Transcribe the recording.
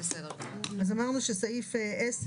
אמרנו שסעיף (10)